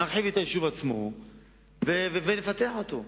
נרחיב את היישוב עצמו ונפתח אותו.